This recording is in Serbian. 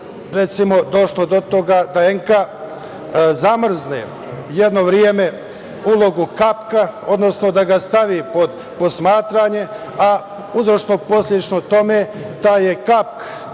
recimo, došlo do toga da ENKA zamrzne jedno vreme ulogu KAPK-a, odnosno da ga stavi pod posmatranje, a uzročno posledično tome taj je KAPK